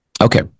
Okay